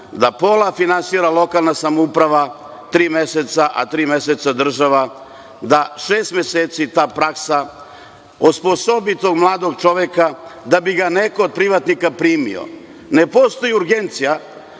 da pola finansira lokalna samouprava tri meseca, a tri meseca država, da šest meseci ta praksa osposobi tog mladog čoveka da bi ga neko od privatnika primio. Ne postoji urgencija